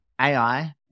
AI